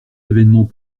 événement